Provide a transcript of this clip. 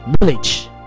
knowledge